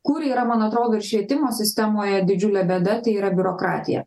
kur yra man atrodo ir švietimo sistemoje didžiulė bėda tai yra biurokratija